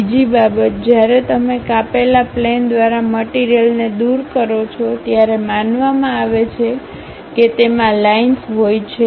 બીજી બાબત જ્યારે તમે કાપેલા પ્લેન દ્વારા મટીરીયલને દૂર કરો છો ત્યારે માનવામાં આવે છે કે તેમાં લાઈનસ હોય છે